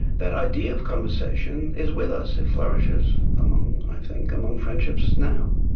that idea of conversation is with us, it flourishes among i think, among friendships now.